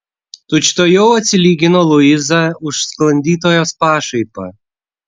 tučtuojau atsilygino luiza už sklandytojos pašaipą